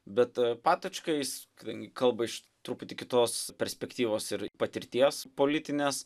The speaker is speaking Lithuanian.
bet patočka jis kalba iš truputį kitos perspektyvos ir patirties politinės